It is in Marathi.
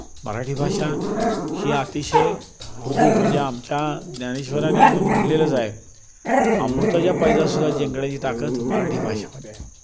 मराठी भाषा ही अतिशय मृदू म्हणजे आमच्या ज्ञानेश्वरांनी मग म्हणलेलंच आहे अमृताच्या पैजासुद्धा जिंकण्याची ताकद मराठी भाषेमध्ये आहे